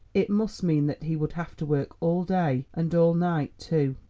it must mean that he would have to work all day and all night too.